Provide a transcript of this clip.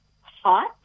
hot